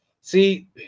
See